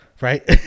right